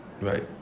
right